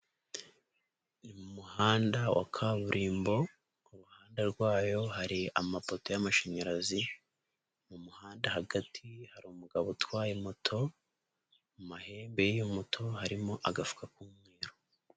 Mu muhanda wa kaburimbo, kuruhande rwayo hari amapoto y'amashanyarazi. Mu muhanda hagati hari umugabo utwaye moto. Mu mahembe y'iyo moto harimo agafuka k'umweru.